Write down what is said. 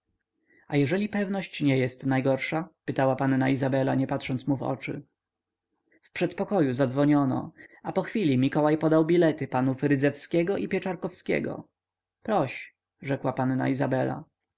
a jeżeli pewność nie jest najgorsza pytała panna izabela nie patrząc mu w oczy w przedpokoju zadzwoniono a pochwili mikołaj podał bilety panów rydzewskiego i pieczarkowskiego proś rzekła panna izabela